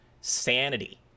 sanity